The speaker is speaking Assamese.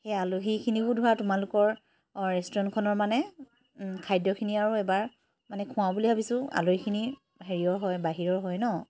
সেই আলহীখিনিকো ধৰা তোমালোকৰ ৰেষ্টুৰেণ্টখনৰ মানে খাদ্যখিনি আৰু এবাৰ মানে খুৱাওঁ বুলি ভাবিছো আলহীখিনি হেৰিয়ৰ হয় বাহিৰৰ হয় ন